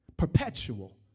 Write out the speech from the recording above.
perpetual